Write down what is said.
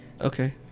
Okay